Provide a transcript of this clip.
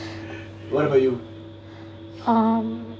um